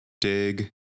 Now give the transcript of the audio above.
Dig